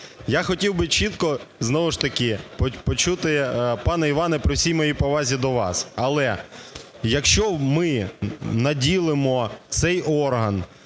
Я хотів би чітко знову ж таки почути, пане Іване, при всій моїй повазі до вас, але, якщо ми наділимо цей орган